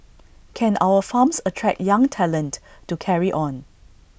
can our farms attract young talent to carry on